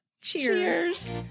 Cheers